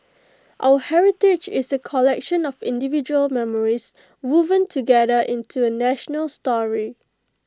our heritage is A collection of individual memories woven together into A national story